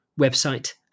website